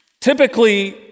Typically